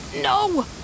No